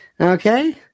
Okay